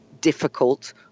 difficult